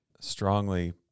strongly